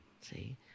See